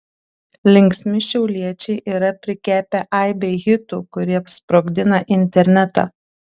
linksmi šiauliečiai yra prikepę aibę hitų kurie sprogdina internetą